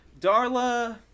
Darla